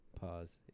Pause